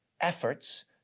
efforts